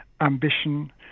ambition